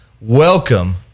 welcome